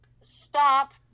stop